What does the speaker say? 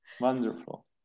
Wonderful